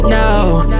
now